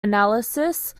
analyses